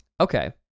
Okay